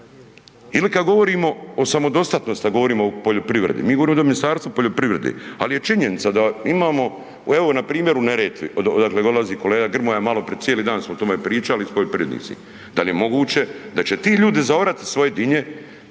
Ili kad govorimo o samodostatnosti, a govorimo o poljoprivredi, mi govorimo ovde o Ministarstvu poljoprivrede, ali je činjenica da imamo, evo npr. u Neretvi, odakle dolazi kolega Grmoja, maloprije, cijeli dan smo o tome pričali s poljoprivrednicima, da li je moguće da će ti ljudi zaorati svoje dinje,